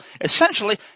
essentially